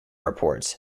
reports